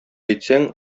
әйтсәң